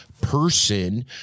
person